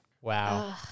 Wow